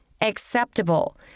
Acceptable